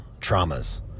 traumas